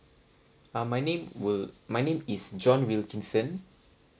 ah my name will my name is john wilkinson